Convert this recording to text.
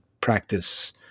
practice